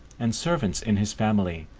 and servants in his family,